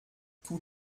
tous